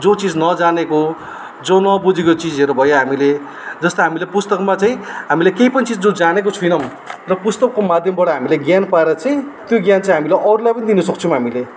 जो चिज नजानेको जो नबुझेको चिजहरू भयो हामीले जस्तै हामीले पुस्तकमा चाहिँ हामीले केही पनि चिज जो जानेको छैनौँ र पुस्तकको माध्यमबाट हामीले ज्ञान पाएर चाहिँ त्यो ज्ञान चाहिँ हामीले अरूलाई पनि दिन सक्छौँ हामीले